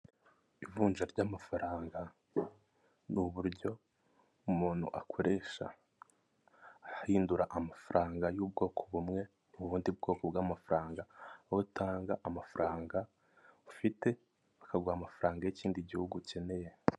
Ivunja ry'amafaranga ni uburyo umuntu akoresha ahindura amafaranga y'ubwoko bumwe mu bundi bwoko bw'amafaranga, aho utanga amafaranga ufite bakaguha amafaranga y'ikindi gihugu ukeneye.